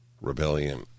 rebellion